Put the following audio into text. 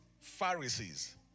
Pharisees